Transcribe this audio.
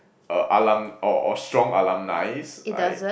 uh alum~ or or strong alumnis right